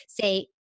say